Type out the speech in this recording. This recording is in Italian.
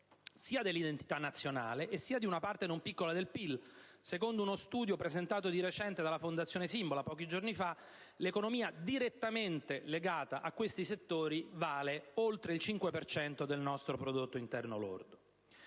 sia dell'identità nazionale, che di una parte non piccola del PIL. Secondo uno studio presentato dalla Fondazione Symbola pochi giorni fa, l'economia direttamente legata a questi settori vale oltre il 5 per cento del nostro prodotto interno lordo.